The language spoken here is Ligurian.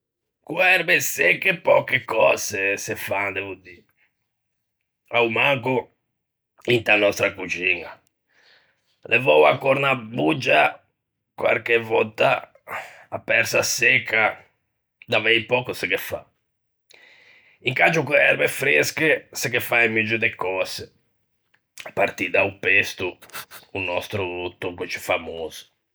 Co-e erbe secche pöche cöse se fan, devo dî, a-o manco inta nòstra coxiña: levou a cornabuggia, quarche vòtta a persa secca, davei pöco se ghe fa. Incangio co-e erbe fresce se ghe fa un muggio de cöse, à partî da-o pesto, o nòstro tocco ciù fmaoso.